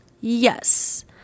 Yes